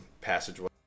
passageway